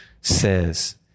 says